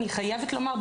אני חייבת לומר,